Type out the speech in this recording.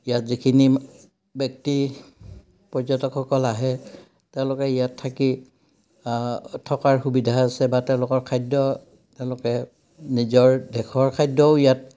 ইয়াত যিখিনি ব্যক্তি পৰ্যটকসকল আহে তেওঁলোকে ইয়াত থাকি থকাৰ সুবিধা আছে বা তেওঁলোকৰ খাদ্য তেওঁলোকে নিজৰ দেশৰ খাদ্যও ইয়াত